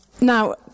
Now